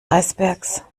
eisbergs